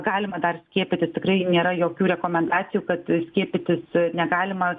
galima dar skiepytis tikrai nėra jokių rekomendacijų kad skiepytis negalima